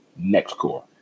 NextCore